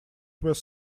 was